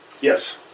Yes